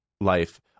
life